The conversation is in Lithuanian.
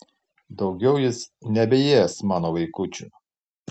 daugiau jis nebeės mano vaikučių